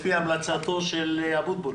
לפי המלצתו של אבוטבול